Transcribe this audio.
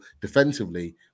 defensively